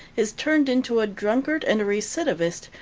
is turned into a drunkard and a recidivist,